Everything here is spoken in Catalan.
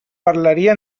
parlaria